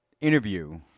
interview